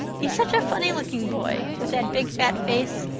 he's such a funny-looking boy with that big fat face,